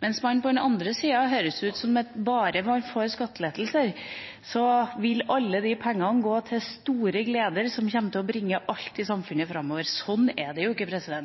mens det på den andre sida høres ut som at bare man får skattelettelser, vil alle de pengene gå til store gleder som kommer til å bringe alt i samfunnet framover. Sånn er det jo ikke.